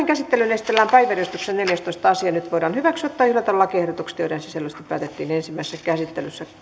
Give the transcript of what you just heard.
käsittelyyn esitellään päiväjärjestyksen neljästoista asia nyt voidaan hyväksyä tai hylätä lakiehdotukset joiden sisällöstä päätettiin ensimmäisessä käsittelyssä